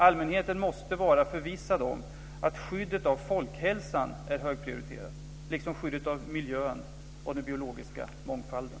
Allmänheten måste vara förvissad om att skyddet av folkhälsan är högprioriterat liksom skyddet av miljön och den biologiska mångfalden.